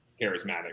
charismatic